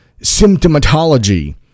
symptomatology